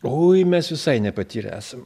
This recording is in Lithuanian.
oi mes visai nepatyrę esam